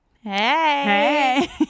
Hey